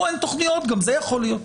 שאין לכם תכניות גם זה יכול להיות.